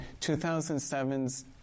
2007's